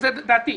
זו דעתי,